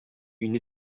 une